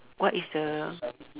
what is the